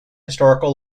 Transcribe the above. historical